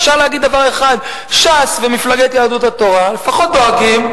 אפשר להגיד דבר אחד: ש"ס ומפלגת יהדות התורה לפחות דואגים,